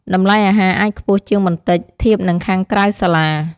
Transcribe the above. តម្លៃអាហារអាចខ្ពស់ជាងបន្តិចធៀបនឹងខាងក្រៅសាលា។